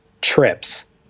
trips